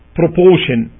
proportion